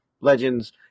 Legends